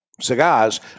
cigars